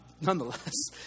nonetheless